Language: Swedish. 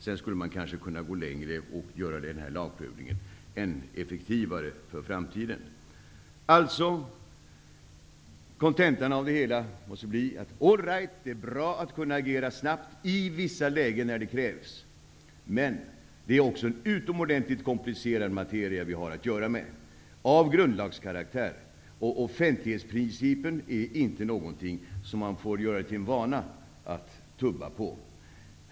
Man kanske också skulle kunna gå längre och göra lagprövningen ännu effektivare inför framtiden. Kontentan måste bli att det är bra att man kan agera snabbt i vissa lägen där så krävs, men det är en utomordentligt komplicerad materia vi har att göra med av grundlagskaraktär. Offentlighetsprincipen är inte någonting som man får göra till en vana att tubba på.